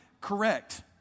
Correct